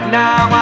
now